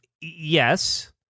Yes